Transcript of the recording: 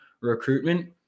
recruitment